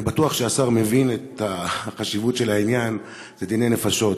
אני בטוח שהשר מבין את החשיבות של העניין בדיני נפשות.